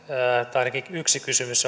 tai ainakin yksi kysymys